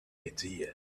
idea